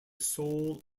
sole